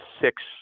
six